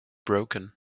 broken